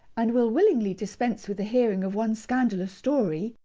and will willingly dispense with the hearing of one scandalous story,